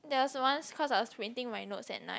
there was once cause I was printing my notes at night